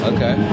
Okay